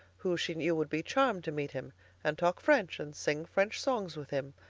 who she knew would be charmed to meet him and talk french and sing french songs with him.